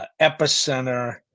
Epicenter